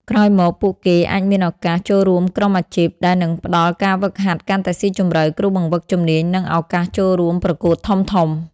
ក្រោយមក ពួកគេអាចមានឱកាស ចូលរួមក្រុមអាជីព ដែលនឹងផ្តល់ការហ្វឹកហាត់កាន់តែស៊ីជម្រៅ គ្រូបង្វឹកជំនាញ និងឱកាសចូលរួមប្រកួតធំៗ។